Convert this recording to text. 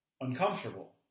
uncomfortable